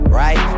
right